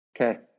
Okay